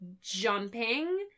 jumping